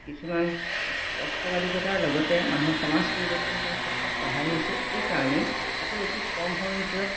কিছুমান স্পষ্টবাদিততাৰ লগতে মানুহৰ সমাজ পৰিৱৰ্তন কৰাৰ ক্ষেত্ৰত সহায় হৈছে এইকাৰণেই তাতে অতি কম সময়ৰ ভিতৰত